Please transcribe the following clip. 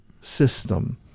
system